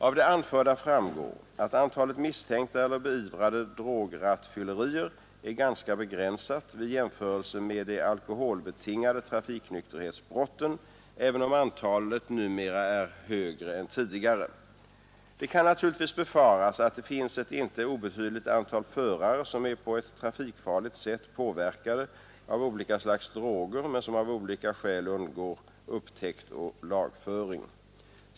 Av det anförda framgår att antalet misstänkta eller beivrade drograttfyllerier är ganska begränsat vid jämförelse med de alkoholbetingade trafiknykterhetsbrotten även om antalet numera är högre än tidigare. Det kan naturligtvis befaras att det finns ett inte obetydligt antal förare som är på ett trafikfarligt sätt påverkade av olika slags droger men som av olika skäl undgår upptäckt och lagföring.